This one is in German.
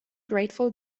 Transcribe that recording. grateful